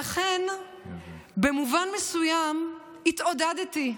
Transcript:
לכן במובן מסוים התעודדתי,